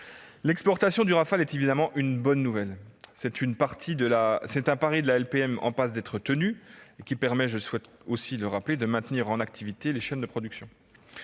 L'exportation du Rafale est évidemment une bonne nouvelle. Ce pari de la LPM, qui est en passe d'être tenu, permettra, je le rappelle, de maintenir en activité les chaînes de production.